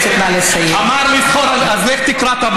להסדיר.